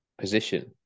position